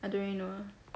I don't really know